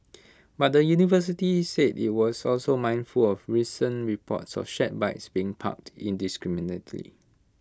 but the university said IT was also mindful of recent reports of shared bikes being parked indiscriminately